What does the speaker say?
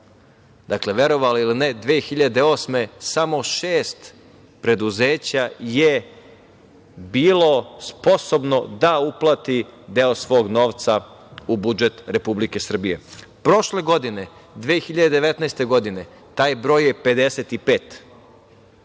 Dakle, verovali ili ne 2008. godine samo šest preduzeća je bilo sposobno da uplati deo svog novca u budžet Republike Srbije. Prošle godine, 2019. godine taj broj je 55.